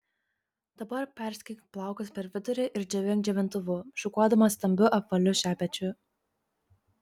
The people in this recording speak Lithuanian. dabar perskirk plaukus per vidurį ir džiovink džiovintuvu šukuodama stambiu apvaliu šepečiu